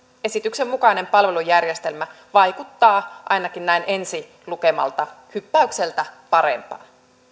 esityksen mukainen palvelujärjestelmä vaikuttaa ainakin näin ensilukemalta hyppäykseltä parempaan